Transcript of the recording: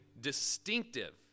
distinctive